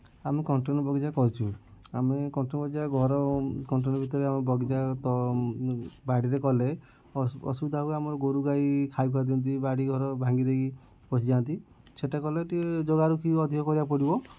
ଆମେ କଣ୍ଟନ ବଗିଚା କରିଛୁ ଆମେ କଣ୍ଟନ ବଗିଚା ଘର କଣ୍ଟନ ଭିତରେ ଆମ ବଗିଚା ତ ବାଡ଼ିରେ କଲେ ଅସୁବିଧା ହୁଏ ଆମର ଗୋରୁ ଗାଈ ଖାଇ ଖୁଆଇ ଦିଅନ୍ତି କେମିତି ବାଡ଼ି ଘର ଭାଙ୍ଗି ଦେଇକି ପଶିଯାଆନ୍ତି ସେଟା କଲେ ଟିକେ ଜଗାରଖି ଅଧିକ କରିବାକୁ ପଡ଼ିବ